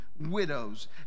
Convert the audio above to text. Widows